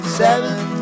seven